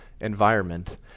environment